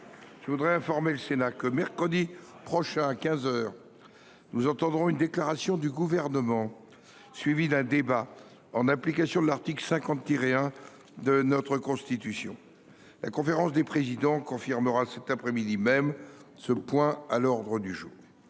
J’informe le Sénat que, mercredi prochain, à quinze heures, nous entendrons une déclaration du Gouvernement suivie d’un débat, en application de l’article 50 1 de notre Constitution. La conférence des présidents confirmera cet après midi l’inscription de ce point à l’ordre du jour.